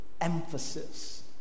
emphasis